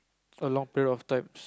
a long period of times